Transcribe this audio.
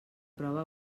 prova